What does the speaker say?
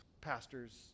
pastors